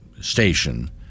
station